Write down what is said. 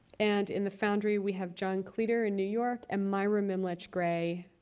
and, in the foundry, we have john cleater in new york and myra mimlitsch-gray.